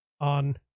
on